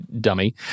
dummy